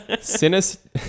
Sinister